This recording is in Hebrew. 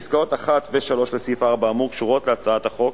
פסקאות (1) ו-(3) לסעיף 4 האמור קשורות להצעת החוק,